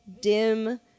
dim